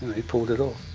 he pulled it off.